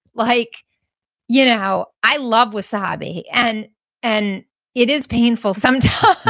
like you know i love wasabi, and and it is painful sometimes